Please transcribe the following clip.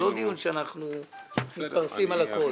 אני חושב שאנחנו כן צריכים לדעת את הדברים.